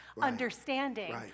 understanding